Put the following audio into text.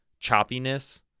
choppiness